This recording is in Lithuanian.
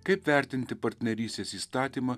kaip vertinti partnerystės įstatymą